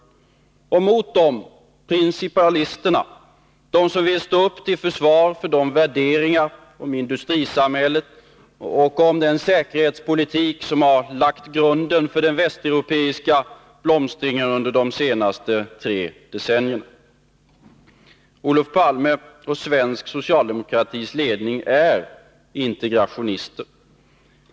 Mot den står principalisterna, som vill stå upp till försvar för de värderingar när det gäller industrisamhället och säkerhetspolitik som har lagt grunden för den västeuropeiska blomstringen under de senaste tre decennierna. Olof Palme och svensk socialdemokratis ledning i övrigt är integrationister.